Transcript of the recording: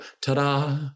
ta-da